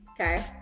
okay